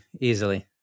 easily